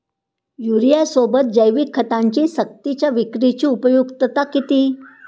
युरियासोबत जैविक खतांची सक्तीच्या विक्रीची उपयुक्तता किती?